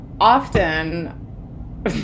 often